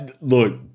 look